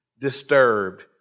disturbed